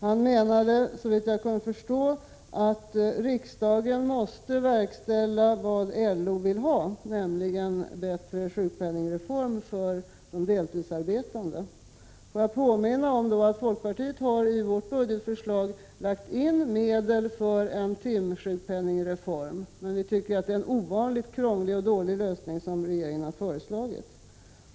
Han menade, såvitt jag kunde förstå, att riksdagen måste verkställa vad LO vill ha, nämligen en bättre sjukpenningreform för de deltidsarbetande. Låt mig påminna om att folkpartiet i sitt budgetförslag har lagt in medel för en sjukpenningreform, men vi tycker att det är en ovanligt krånglig och dålig lösning som regeringen har föreslagit.